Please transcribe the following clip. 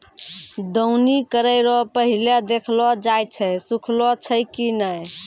दौनी करै रो पहिले देखलो जाय छै सुखलो छै की नै